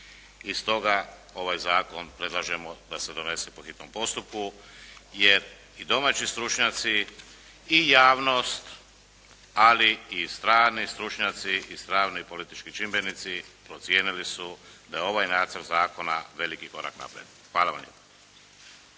i stoga ovaj zakon predlažemo da se donese po hitnom postupku jer i domaći stručnjaci i javnost, ali i strani stručnjaci i strani politički čimbenici procijenili su da je ovaj nacrt zakona veliki korak naprijed. Hvala vam